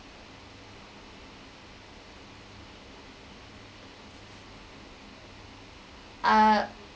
uh